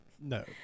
No